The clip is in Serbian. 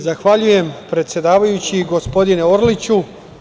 Zahvaljujem predsedavajući gospodine Orliću.